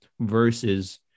versus